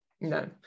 no